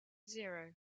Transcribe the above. zero